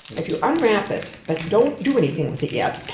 if you unwrap it but don't do anything with it yet,